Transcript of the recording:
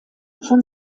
von